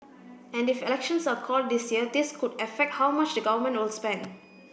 and if elections are called this year this could affect how much the Government will spend